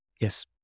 Yes